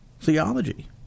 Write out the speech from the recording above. theology